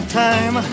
time